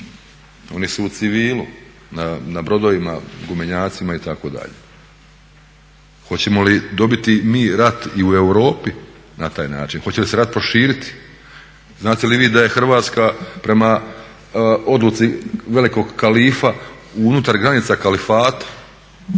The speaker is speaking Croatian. Oni su u civilu na brodovima gumenjacima itd. Hoćemo li dobiti mi rat i u Europi na taj način? Hoće li se rat proširit? Znate li vi da je Hrvatska prema odluci Velikog kalifa unutar granica kalifata?